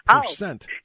percent